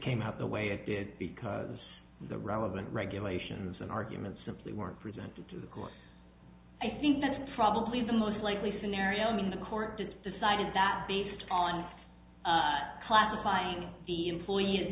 came out the way it did because the relevant regulations and arguments simply weren't presented to the court i think that's probably the most likely scenario i mean the courts decided that based on classifying the employee